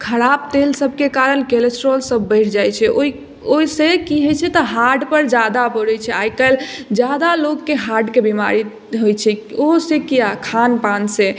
खराप तेल सबके कारण कोलेस्ट्रोल सब बढ़ि जाइ छै ओइ ओइसँ की होइ छै तऽ हार्टपर जादा पड़य छै आइ काल्हि जादा लोकके हार्टके बीमारी होइ छै ओहूसँ किये खान पानसँ